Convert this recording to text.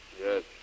Yes